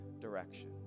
direction